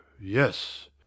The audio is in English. yes